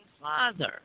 father